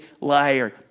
liar